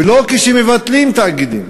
ולא כשמבטלים תאגידים.